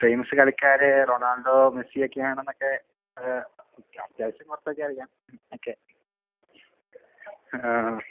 famous കളിക്കാർ Ronaldo മെസ്സിയൊക്കെ ആണെന്നൊക്കെ അത്യാവശ്യം കുറച്ചൊക്കെ അറിയാം ഓക്കെ